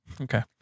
Okay